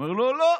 הוא אומר לו: לא.